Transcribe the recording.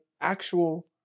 actual